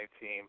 team